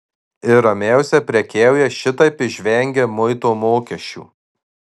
ir ramiausiai prekiauja šitaip išvengę muito mokesčių